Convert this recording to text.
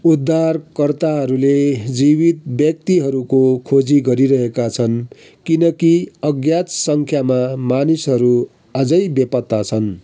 उद्धारकर्ताहरूले जीवित व्यक्तिहरूको खोजी गरिरहेका छन् किनकि अज्ञात सङ्ख्यामा मानिसहरू अझै बेपत्ता छन्